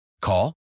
Call